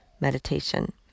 meditation